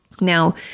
Now